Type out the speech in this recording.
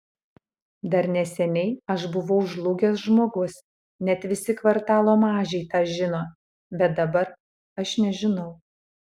dar neseniai aš buvau žlugęs žmogus net visi kvartalo mažiai tą žino bet dabar aš nežinau